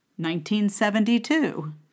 1972